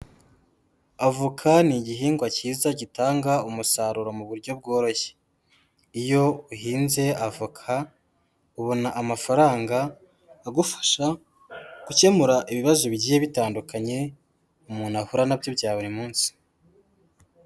Avoka ni igihingwa cyiza gitanga umusaruro mu buryo bworoshye, iyo uhinze avoka ubona amafaranga agufasha gukemura ibibazo bigiye bitandukanye umuntu ahura na byo bya buri munsi.